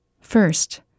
First